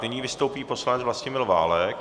Nyní vystoupí poslanec Vlastimil Válek.